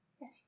Yes